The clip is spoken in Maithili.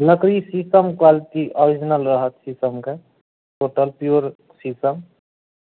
लकड़ी शीशम क्वालिटी ओरिजिनल रहत शीशमके मतलब प्योर शीशम